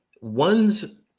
One's